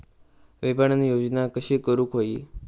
विपणन योजना कशी करुक होई?